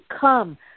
come